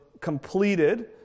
completed